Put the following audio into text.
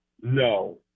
no